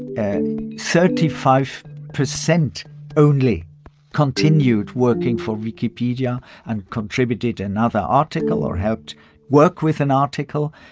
and thirty five percent only continued working for wikipedia and contributed another article or helped work with an article.